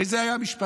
הרי זה היה המשפט.